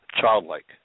childlike